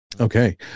Okay